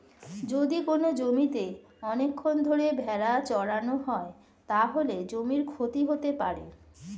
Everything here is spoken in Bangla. যদি কোনো জমিতে অনেকক্ষণ ধরে ভেড়া চড়ানো হয়, তাহলে জমির ক্ষতি হতে পারে